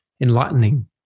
enlightening